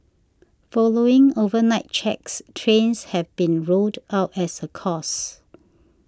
following overnight checks trains have been ruled out as a cause